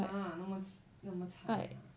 !huh! 那么 c~ 那么惨啊